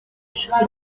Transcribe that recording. inshuti